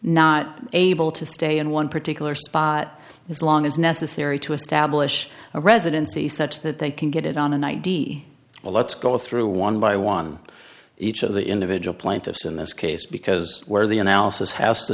not able to stay in one particular spot as long as necessary to establish a residency such that they can get it on an id well let's go through one by one each of the individual plaintiffs in this case because where the analysis has to